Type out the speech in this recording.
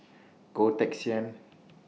Goh Teck Sian